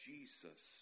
Jesus